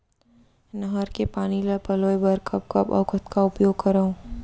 नहर के पानी ल पलोय बर कब कब अऊ कतका उपयोग करंव?